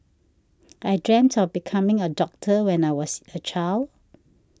I dreamt of becoming a doctor when I was a child